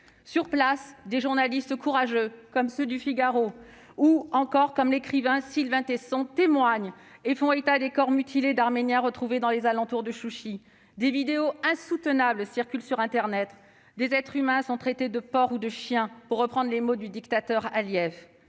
Sur place, des journalistes courageux, comme ceux du, ou l'écrivain Sylvain Tesson témoignent et font état des corps mutilés d'Arméniens retrouvés dans les alentours de Chouchi. Des vidéos insoutenables circulent sur internet. Des êtres humains sont traités de « porcs » ou de « chiens », pour reprendre les mots du dictateur Aliyev.